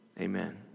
amen